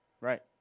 Right